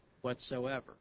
whatsoever